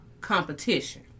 competition